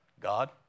God